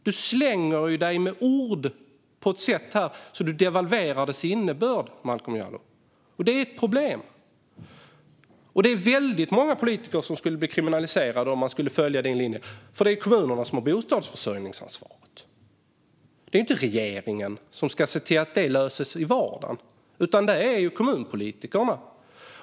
Du slänger dig med ord på ett sätt här som devalverar deras innebörd, Malcolm Jallow, och det är ett problem. Det är väldigt många politiker som skulle bli kriminaliserade om man skulle följa din linje, för det är ju kommunerna som har bostadsförsörjningsansvaret. Det är inte regeringen som ska se till att det löses i vardagen, utan det är kommunpolitikerna.